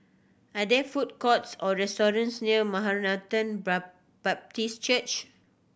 are there food courts or restaurants near Maranatha Baptist Church